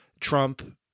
Trump